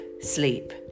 sleep